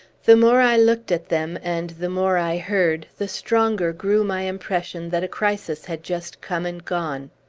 the more i looked at them, and the more i heard, the stronger grew my impression that a crisis had just come and gone.